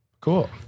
Cool